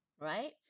Right